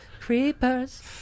creepers